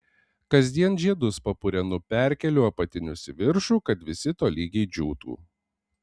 kasdien žiedus papurenu perkeliu apatinius į viršų kad visi tolygiai džiūtų